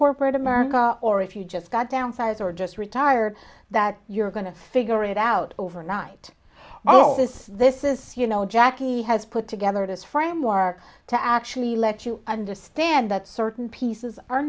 corporate america or if you just got downsized or just retired that you're going to figure it out overnight all this this is you know jackie has put together this framework to actually let you understand that certain pieces are